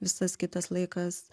visas kitas laikas